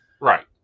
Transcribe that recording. Right